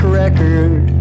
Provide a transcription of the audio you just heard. record